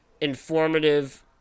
informative